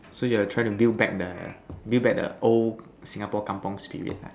so you are trying to build back the build back the old Singapore kampung spirit lah